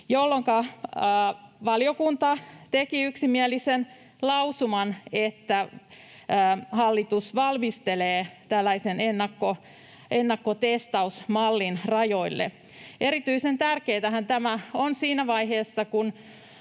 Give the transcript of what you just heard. jolloinka valiokunta teki yksimielisen lausuman, että hallitus valmistelisi tällaisen ennakkotestausmallin rajoille. Erityisen tärkeäähän tämä on siinä vaiheessa,